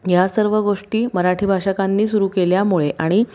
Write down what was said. या सर्व गोष्टी मराठी भाषिकांनी सुरू केल्यामुळे आणि